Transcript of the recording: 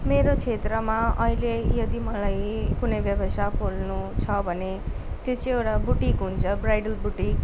मेरो क्षेत्रमा यदि मलाई कुनै व्यवसाय खोल्नु छ भने त्यो चाहिँ एउटा बुटिक हुन्छ ब्राइडल बुटिक